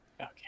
Okay